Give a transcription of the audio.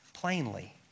plainly